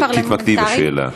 תמקדי את השאלה.